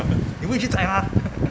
so 你没去载她